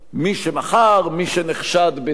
מי שנחשד בתיווך במכירה,